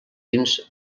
dins